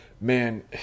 man